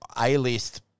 A-list